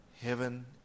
heaven